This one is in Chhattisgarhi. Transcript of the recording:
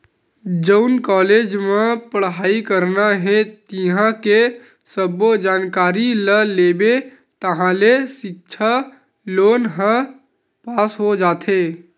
जउन कॉलेज म पड़हई करना हे तिंहा के सब्बो जानकारी ल देबे ताहाँले सिक्छा लोन ह पास हो जाथे